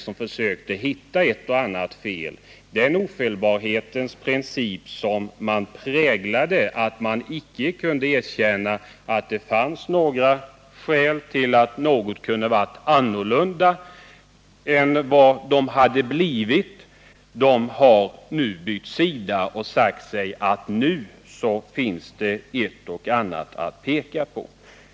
När någon försökte hitta ett och annat fel på de socialdemokratiska regeringarna kunde man icke erkänna att det fanns några skäl att anföra för en annan behandling än den som blivit fallet. Man har nu på det hållet bytt sida och sagt sig, att det finns ett och annat att peka på.